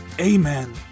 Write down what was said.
amen